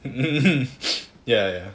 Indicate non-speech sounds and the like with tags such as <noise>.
<laughs> ya ya